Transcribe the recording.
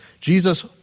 Jesus